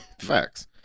Facts